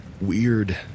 weird